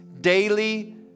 daily